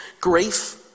grief